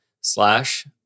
slash